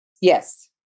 Yes